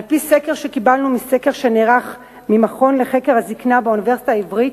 על-פי סקר שקיבלנו מהמכון לחקר הזיקנה באוניברסיטה העברית,